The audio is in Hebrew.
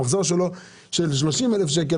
המחזור שלו הוא של 30,000 שקל,